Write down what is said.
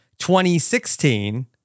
2016